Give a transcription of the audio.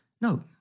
No